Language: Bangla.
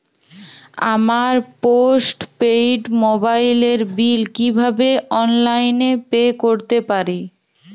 আমার পোস্ট পেইড মোবাইলের বিল কীভাবে অনলাইনে পে করতে পারি?